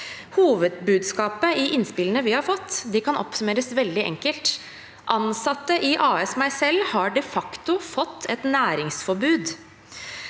Hovedbudskapet i innspillene vi har fått, kan oppsummeres veldig enkelt: Ansatte i «AS meg selv» har de facto fått et næringsforbud.